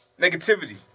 Negativity